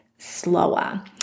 slower